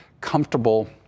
comfortable